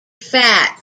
fat